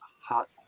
hot